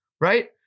right